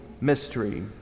mystery